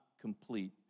complete